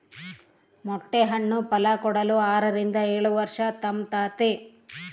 ಮೊಟ್ಟೆ ಹಣ್ಣು ಫಲಕೊಡಲು ಆರರಿಂದ ಏಳುವರ್ಷ ತಾಂಬ್ತತೆ